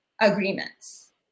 agreements